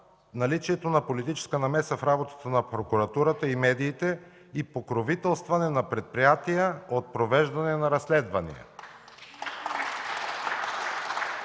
наличието на политическа намеса в работата на прокуратурата и медиите и покровителстване на предприятия от провеждане на разследвания”.